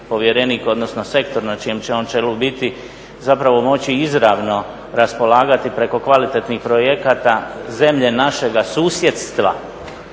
povjerenik, odnosno sektor na čijem će on čelu biti, zapravo moći izravno raspolagati preko kvalitetnih projekata zemlje našega susjedstva